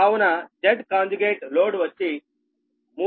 కావున Z వచ్చి 307